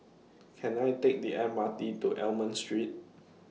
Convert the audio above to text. Can I Take The M R T to Almond Street